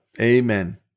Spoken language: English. Amen